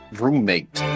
roommate